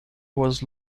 was